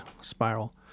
spiral